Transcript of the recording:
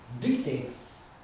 dictates